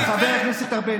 דברי רהב,